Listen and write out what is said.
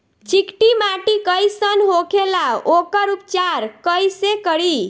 चिकटि माटी कई सन होखे ला वोकर उपचार कई से करी?